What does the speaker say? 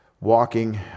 walking